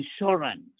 insurance